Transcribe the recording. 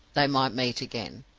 they might meet again,